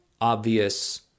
obvious